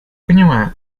понимаю